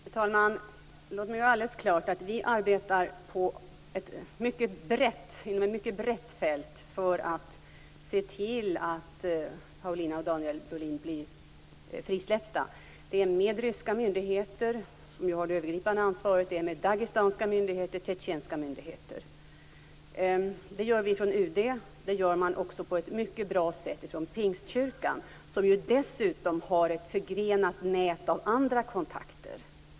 Fru talman! Låt mig göra alldeles klart att vi arbetar inom ett mycket brett fält för att se till att Paulina och Daniel Brolin blir frisläppta. Det sker med ryska myndigheter, som ju har det övergripande ansvaret, med dagestanska myndigheter och med tjetjenska myndigheter. Det gör vi från UD, och det gör man också på ett mycket bra sätt från Pingstkyrkan, som dessutom har ett förgrenat nät av andra kontakter.